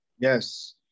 yes